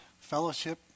fellowship